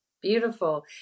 Beautiful